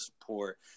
support